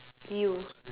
you